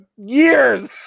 years